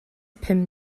pum